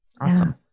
Awesome